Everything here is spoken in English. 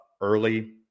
early